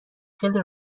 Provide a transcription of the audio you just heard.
خیلی